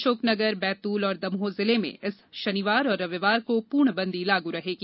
अशोकनगर बैतूल और दमोह जिले में इस शनिवार और रविवार को पूर्णबंदी लागू रहेगी